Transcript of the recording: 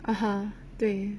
(uh huh) 对